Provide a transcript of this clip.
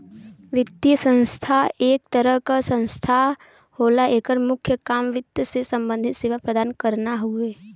वित्तीय संस्था एक तरह क संस्था होला एकर मुख्य काम वित्त से सम्बंधित सेवा प्रदान करना हउवे